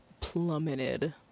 plummeted